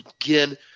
again